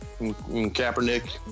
Kaepernick